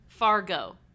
Fargo